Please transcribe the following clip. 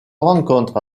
rencontre